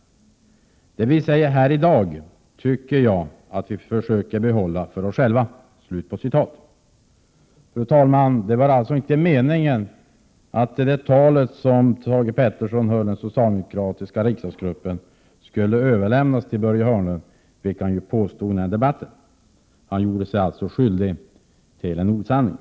Det vi säger här i dag tycker jag att vi försöker behålla för oss själva.” Fru talman! Det var alltså inte meningen att någon kopia av detta tal som Thage G Peterson höll i den socialdemokratiska riksdagsgruppen skulle överlämnas till Börje Hörnlund, vilket industriministern dock påstod skulle ske. Industriministern gjorde sig alltså skyldig till en osanning.